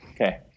Okay